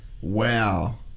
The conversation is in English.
Wow